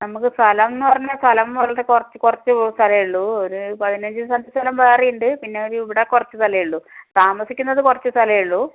നമുക്ക് സ്ഥലം എന്ന് പറഞ്ഞാൽ സ്ഥലം വളരെ കുറച്ച് കുറച്ച് സ്ഥലമേ ഉള്ളൂ ഒരു പതിനഞ്ച് സെൻറ്റ് സ്ഥലം വേറെ ഉണ്ട് പിന്നെ ഇവിടെ കുറച്ച് സ്ഥലേമേ ഉള്ളൂ താമസിക്കുന്നത് കുറച്ച് സ്ഥലമെ ഉള്ളൂ